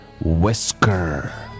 whisker